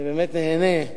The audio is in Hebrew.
אני באמת נהנה,